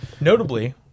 notably